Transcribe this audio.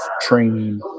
training